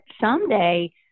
someday